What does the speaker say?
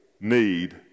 need